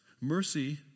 mercy